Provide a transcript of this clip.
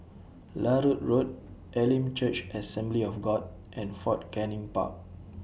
Larut Road Elim Church Assembly of God and Fort Canning Park